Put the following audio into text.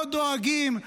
לא דואגים,